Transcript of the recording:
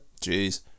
jeez